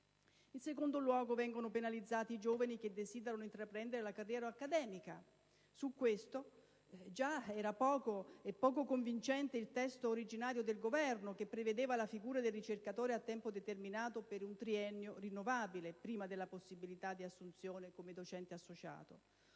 In secondo luogo, vengono penalizzati i giovani che desiderano intraprendere la carriera accademica. Su questo, già era poco convincente il testo originario del Governo, che prevedeva la figura del ricercatore a tempo determinato per un triennio rinnovabile, prima della possibilità di assunzione come docente associato.